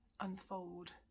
unfold